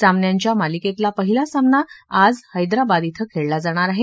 सामन्यांच्या मालिकेतला पहिला सामना आज हैद्राबाद इथं खेळला जाणार आहे